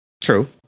True